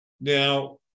Now